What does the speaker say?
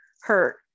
hurt